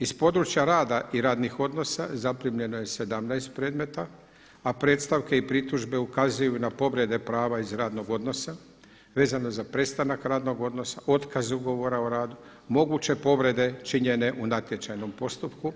Iz područja rada i radnih odnosa zaprimljeno je 17 predmeta a predstavke i pritužbe ukazuju na povrede prava iz radnog odnosa vezano za prestanak radnog odnosa, otkaz ugovora o radu, moguće povrede činjene u natječajnom postupku,